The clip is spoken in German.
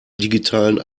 digitalen